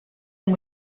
and